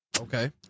Okay